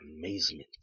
amazement